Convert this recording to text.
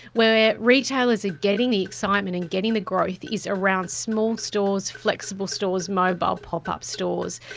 where retailers are getting the excitement and getting the growth is around small stores, flexible stores, mobile pop-up stores.